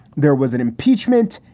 there was an impeachment.